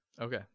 okay